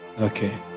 Okay